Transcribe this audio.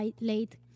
late